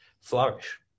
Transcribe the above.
flourish